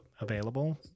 available